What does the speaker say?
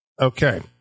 Okay